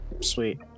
Sweet